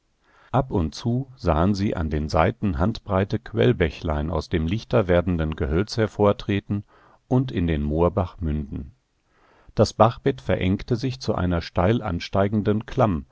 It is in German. ab und zu sahen sie an den seiten handbreite quellbächlein aus dem lichter werdenden gehölz hervortreten und in den moorbach münden das bachbett verengte sich zu einer steil ansteigenden